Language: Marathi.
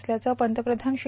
असल्याचं पंतप्रधान श्री